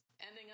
ending